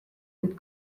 kuid